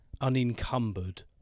unencumbered